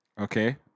Okay